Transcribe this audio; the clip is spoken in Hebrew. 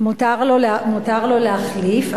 מותר לו להחליף,